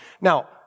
Now